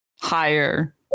higher